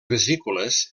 vesícules